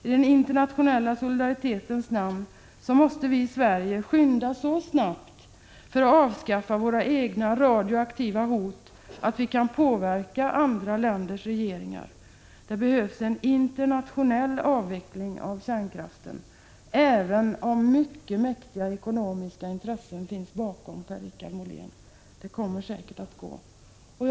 I den internationella solidaritetens namn måste vi i Sverige gå så snabbt fram när det gäller att avlägsna våra egna radioaktiva hot att vi kan påverka andra länders regeringar. Det behövs nämligen en internationell avveckling av kärnkraften — även om mycket mäktiga ekonomiska intressen finns i bakgrunden, Per-Richard Molén — och det kommer säkert att vara möjligt att åstadkomma det.